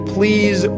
Please